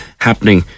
happening